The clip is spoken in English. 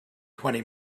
twenty